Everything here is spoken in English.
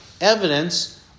evidence